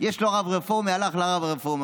יש לו רב רפורמי, הלך לרב הרפורמי.